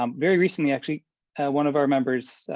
um very recently, actually one of our members,